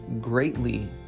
greatly